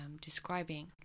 describing